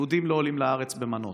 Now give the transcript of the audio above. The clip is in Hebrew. יהודים לא עולים לארץ במנות.